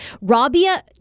Rabia